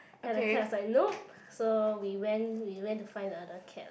then the cat's like nope so we went we went to find another cat lah